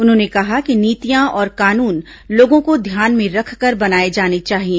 उन्होंने कहा कि नीतियां और कानून लोगों को ध्यान में रखकर बनाए जाने चाहिए